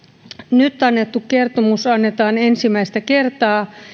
nyt annettu kertomus annetaan ensimmäistä kertaa